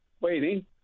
waiting